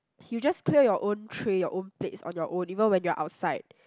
you just clear your own tray your own plates on your own even when you are outside